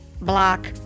block